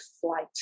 flight